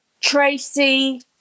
Tracy